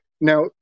now